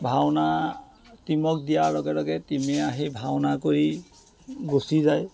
ভাওনা টীমক দিয়াৰ লগে লগে টীমে আহি ভাওনা কৰি গুচি যায়